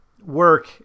work